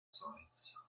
sides